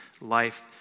life